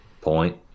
point